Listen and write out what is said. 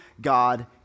God